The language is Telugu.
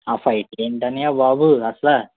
ఆ ఫైట్లు ఏంటి అన్నయ్య బాబు అసలు